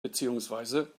beziehungsweise